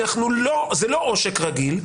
זה לא עושק רגיל.